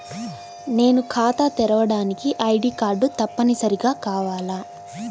నేను ఖాతా తెరవడానికి ఐ.డీ కార్డు తప్పనిసారిగా కావాలా?